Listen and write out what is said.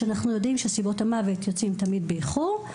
כשאנחנו יודעים שסיבות המוות יוצאות תמיד באיחור.